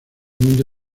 mundo